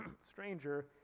stranger